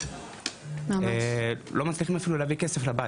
לא מצליחים להביא כסף לבית.